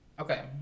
Okay